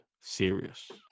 Serious